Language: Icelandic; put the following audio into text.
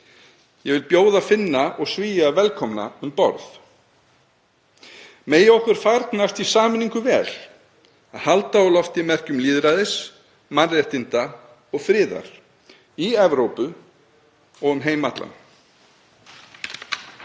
Ég vil bjóða Finna og Svía velkomna um borð. Megi okkur farnast í sameiningu vel að halda á lofti merkjum lýðræðis, mannréttinda og friðar í Evrópu og um heim allan.